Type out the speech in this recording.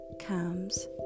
comes